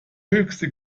höchste